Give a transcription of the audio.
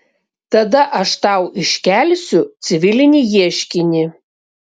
tada aš tau iškelsiu civilinį ieškinį